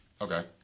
Okay